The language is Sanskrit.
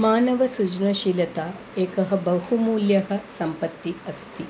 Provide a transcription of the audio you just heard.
मानवस्य सृजनशीलता एका बहुमूल्या सम्पत्तिः अस्ति